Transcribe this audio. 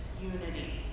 unity